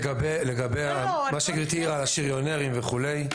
לגבי מה שגברתי אמרה על השריונרים וכולי,